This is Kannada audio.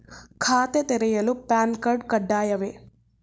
ಖಾತೆ ತೆರೆಯಲು ಪ್ಯಾನ್ ಕಾರ್ಡ್ ಕಡ್ಡಾಯವೇ?